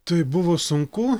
taip buvo sunku